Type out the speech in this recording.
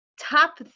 top